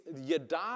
yada